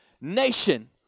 nation